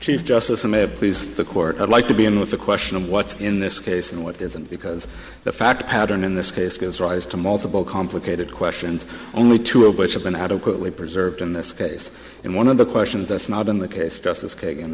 chief justice and please the court i'd like to be in with a question of what's in this case and what isn't because the fact pattern in this case goes rise to multiple complicated questions only two of which have been adequately preserved in this case and one of the questions that's not in the case justice kaga